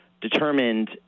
determined